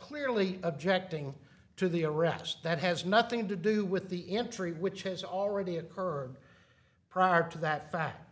clearly objecting to the arrest that has nothing to do with the entry which has already occurred prior to that fact